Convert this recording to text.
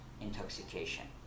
intoxication